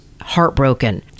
heartbroken